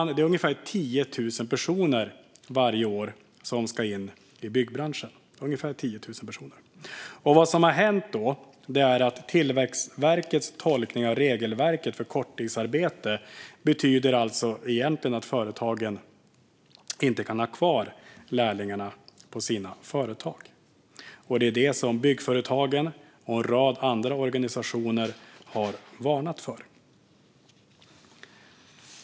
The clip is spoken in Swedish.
Det är ungefär 10 000 personer varje år, fru talman, som ska in i byggbranschen. Vad som nu har hänt är att Tillväxtverkets tolkning av regelverket för korttidsarbete betyder att företagen inte kan ha kvar lärlingarna på sina företag. Det är detta som Byggföretagen och en rad andra organisationer har varnat för.